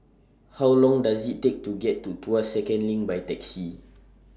How Long Does IT Take to get to Tuas Second LINK By Taxi